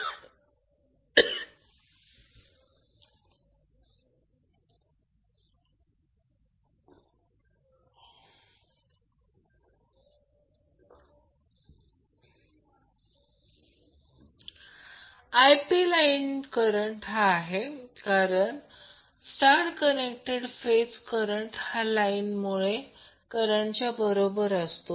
तर जेव्हा ते आहे म्हणजे तो कॅपेसिटिव्ह आहे तो कॅपेसिटिव्ह इम्पीडन्स आहे